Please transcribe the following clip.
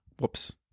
Whoops